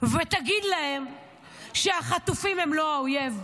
ותגיד להם שהחטופים הם לא האויב.